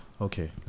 Okay